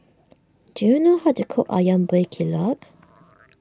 do you know how to cook Ayam Buah Keluak